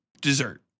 dessert